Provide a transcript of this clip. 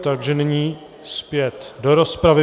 Takže nyní zpět do rozpravy.